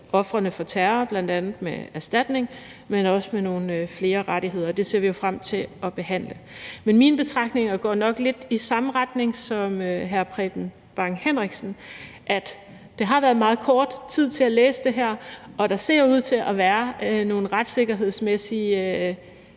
ofrene for terror, bl.a. med erstatning, men også med nogle flere rettigheder, og det ser vi frem til at behandle. Men mine betragtninger går nok lidt i den samme retning, som hr. Preben Bang Henriksens, i forhold til at der har været meget kort tid til at læse det her, og at der jo ser ud til at være nogle retssikkerhedsmæssige